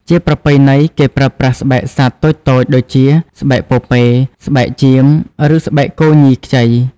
ជាប្រពៃណី គេប្រើប្រាស់ស្បែកសត្វតូចៗ ដូចជា ស្បែកពពែ ស្បែកចៀម ឬស្បែកគោញីខ្ចី។